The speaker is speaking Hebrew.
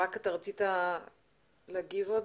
ברק אריאלי, אתה רצית להגיב עוד?